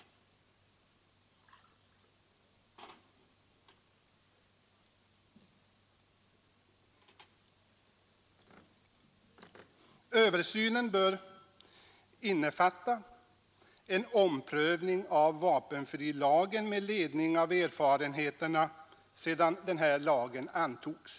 Översynen bör innefatta en omprövning av vapenfrilagen med ledning av erfarenheterna sedan denna lag antogs.